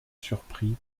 surpris